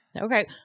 Okay